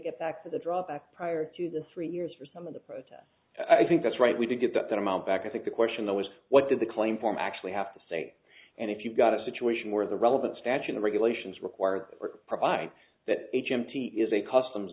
get back to the draw back prior to the three years for some of the protests i think that's right we did get that amount back i think the question though was what did the claim form actually have to say and if you've got a situation where the relevant statue the regulations require or provide that h m t is a customs